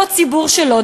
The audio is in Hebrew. אותו ציבור שלו,